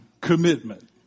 commitment